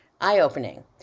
eye-opening